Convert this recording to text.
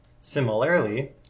Similarly